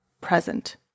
present